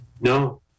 No